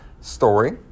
story